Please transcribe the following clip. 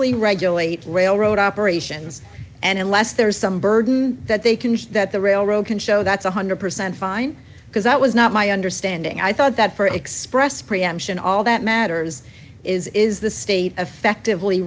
li regulate railroad operations and unless there is some burden that they can show that the railroad can show that's one hundred percent fine because that was not my understanding i thought that for express preemption all that matters is is the state affective